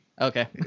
Okay